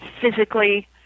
physically